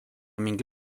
mingi